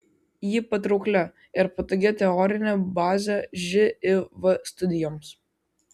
jį patrauklia ir patogia teorine baze živ studijoms